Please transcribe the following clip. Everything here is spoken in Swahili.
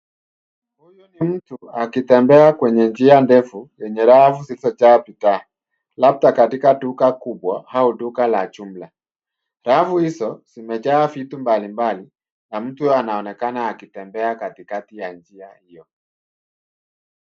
Huyu ni mtu akitembea kwenye njia ndefu yenye rafu zilizojaa bidhaa, labda katika duka kubwa au duka la jumla. Rafu hizo zimejaa vitu mbalimbali na mtu huyo anaonekana akitembea katikati ya njia hiyo.